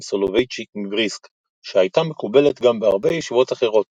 סולובייצ'יק מבריסק שהייתה מקובלת גם בהרבה ישיבות אחרות,